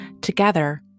Together